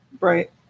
Right